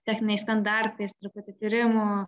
techniniais standartais truputį tyrimų